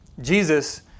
Jesus